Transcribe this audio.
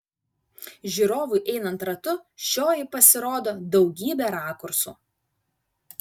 žiūrovui einant ratu šioji pasirodo daugybe rakursų